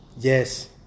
yes